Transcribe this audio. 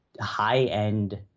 high-end